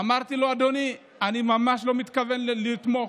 אמרתי לו: אדוני, אני ממש לא מתכוון לתמוך.